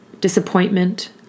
Disappointment